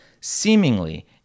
seemingly